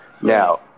now